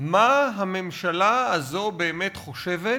מה הממשלה הזאת באמת חושבת,